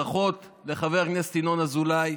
ברכות לחבר הכנסת ינון אזולאי,